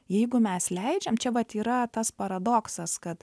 jeigu mes leidžiam čia vat yra tas paradoksas kad